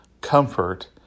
comfort